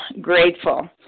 grateful